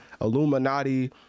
Illuminati